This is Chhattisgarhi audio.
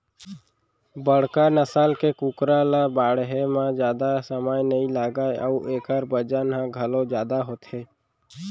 बड़का नसल के कुकरा ल बाढ़े म जादा समे नइ लागय अउ एकर बजन ह घलौ जादा होथे